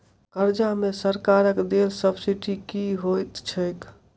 कर्जा मे सरकारक देल सब्सिडी की होइत छैक?